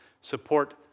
support